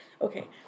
okay